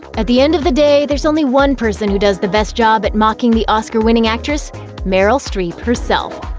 at the end of the day, there's only one person who does the best job at mocking the oscar-winning actress meryl streep herself.